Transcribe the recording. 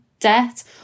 debt